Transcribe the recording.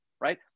right